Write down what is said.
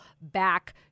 back